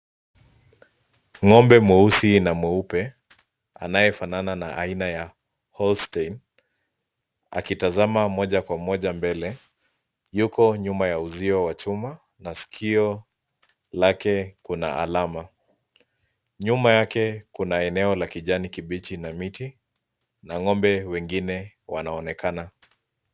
Ng'ombe mweusi na mweupe anayefanana na aina ya horsetain, akitazama moja kwa moja mbele , yuko nyuma ya uzio wa chuma, na sikio lake kuna alama. Nyuma yake kuna eneo la kijani kibichi na miti, na ng'ombe wengine wanaonekana.